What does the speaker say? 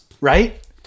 right